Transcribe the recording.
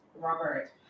robert